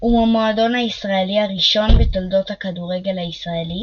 הוא המועדון הישראלי הראשון בתולדות הכדורגל הישראלי